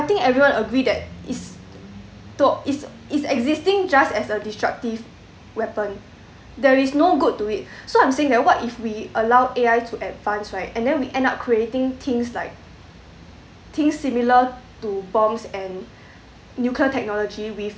I think everyone agreed that it's t~ it's it's existing just as a destructive weapon there is no good to it so I'm saying that what if we allow A_I to advance right and then we end up creating things like things similar to bombs and nuclear technology with